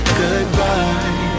goodbye